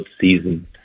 season